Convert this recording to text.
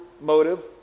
motive